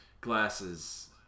glasses